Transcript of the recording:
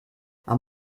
man